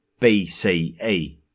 BCE